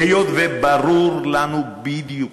היות שברור לנו בדיוק,